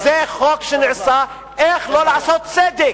זה חוק שנעשה, איך לא לעשות צדק.